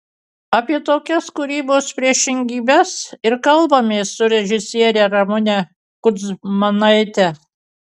apie tokias kūrybos priešingybes ir kalbamės su režisiere ramune kudzmanaite